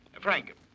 Frank